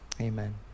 Amen